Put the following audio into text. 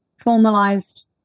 formalized